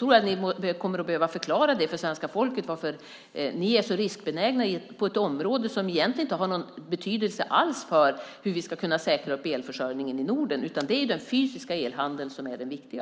jag att ni kommer att behöva förklara för svenska folket varför ni är så riskbenägna på ett område som egentligen inte har någon betydelse alls för hur vi ska kunna säkra elförsörjningen i Norden. Det är den fysiska elhandeln som är det viktiga.